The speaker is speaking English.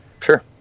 Sure